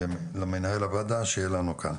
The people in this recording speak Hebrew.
למנהל הוועדה שיהיה לנו כאן.